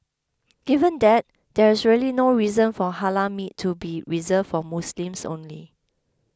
given that there is really no reason for halal meat to be reserved for Muslims only